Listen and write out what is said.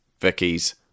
Vicky's